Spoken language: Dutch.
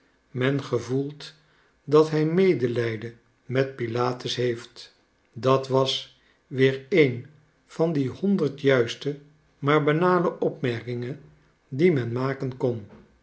men gevoelt dat hij medelijden met pilatus heeft dat was weer een van die honderd juiste maar banale opmerkingen die men maken kon